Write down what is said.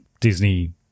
Disney